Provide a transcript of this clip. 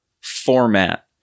format